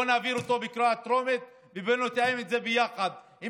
בואו נעביר אותו בקריאה טרומית ונתאם את זה ביחד עם